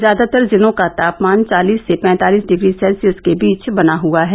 ज्यादातर जिलों का तापमान चालिस से पैंतालिस डिग्री सेल्सियस के बीच बना हुआ है